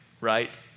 Right